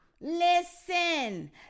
listen